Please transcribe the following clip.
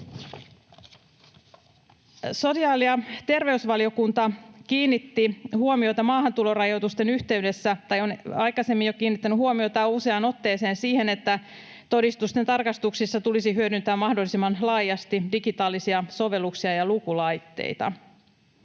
Sosiaali- ja terveysvaliokunta kiinnitti huomiota maahantulorajoitusten yhteydessä — ja on aikaisemmin jo kiinnittänyt huomiota useaan otteeseen — siihen, että todistusten tarkastuksessa tulisi hyödyntää mahdollisimman laajasti digitaalisia sovelluksia ja lukulaitteita.